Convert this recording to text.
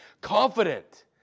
confident